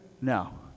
No